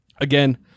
again